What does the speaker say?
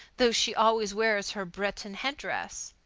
though she always wears her breton headdress.